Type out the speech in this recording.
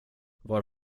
var